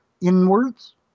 inwards